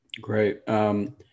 Great